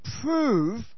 Prove